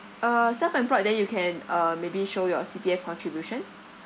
uh self employed then you can uh maybe show your C_P_F contribution